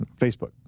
Facebook